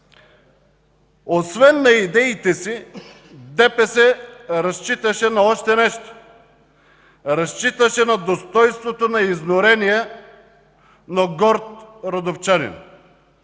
освен на идеите си, ДПС разчиташе на още нещо – разчиташе на достойнството на изнурения, но горд родопчанин.